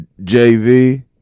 JV